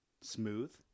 Smooth